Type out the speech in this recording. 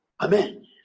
Amen